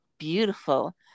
beautiful